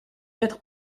être